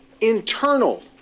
internal